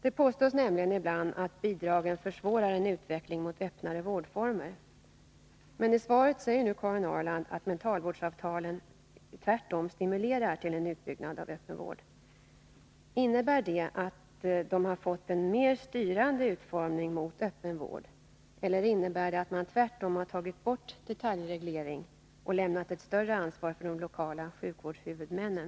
Det påstås nämligen ibland att bidragen försvårar en utveckling mot öppnare vårdformer. Men i svaret säger nu Karin Ahrland att mentalvårdsavtalen tvärtom stimulerar till en utbyggnad av öppen vård. Innebär det att de har fått en mer styrande utformning mot öppen vård, eller innebär det att man tvärtom har tagit bort detaljregleringen och lämnat ett större ansvar till de lokala sjukvårdshuvudmännen?